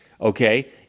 Okay